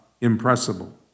impressible